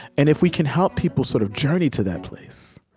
and if we can help people sort of journey to that place,